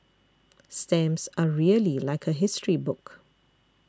stamps are really like a history book